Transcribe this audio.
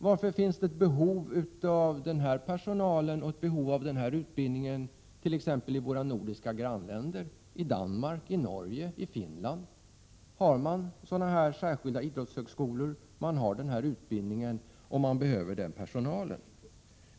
Varför finns det behov av denna personal och den här utbildningen t.ex. i våra nordiska grannländer? I Danmark, Norge och Finland finns särskilda idrottshögskolor med sådan här utbildning — och man behöver den personalen.